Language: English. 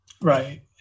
Right